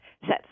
sets